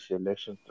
election